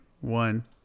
one